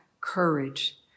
courage